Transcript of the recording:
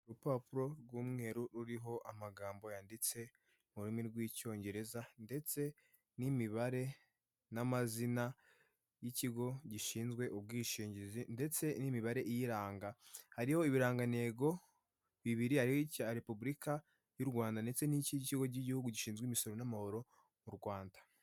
Akayetajeri karimo ikinyobwa kiza gikorwa mu bikomoka ku mata, gifite icupa ribengerana rifite umufuniko w'umweru. Hejuru gato harimo n'ibindi binyobwa bitari kugaragara neza.